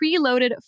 preloaded